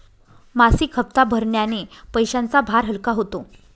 मासिक हप्ता भरण्याने पैशांचा भार हलका होतो